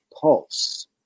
Pulse